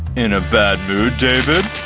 in a bad mood, david?